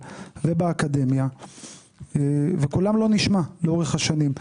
ובאקדמיה וקולם לא נשמע לאורך השנים.